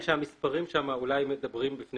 אני מסכים שהמספרים שמה אולי מדברים בפני